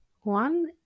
one